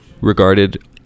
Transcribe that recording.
regarded